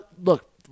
look